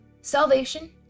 salvation